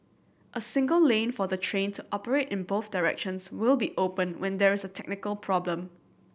a single lane for the train to operate in both directions will be open when there is a technical problem